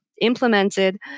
implemented